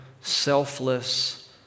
selfless